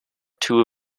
two